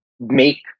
make